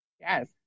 Yes